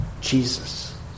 Jesus